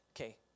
okay